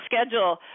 schedule